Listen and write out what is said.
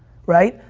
right?